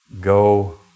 Go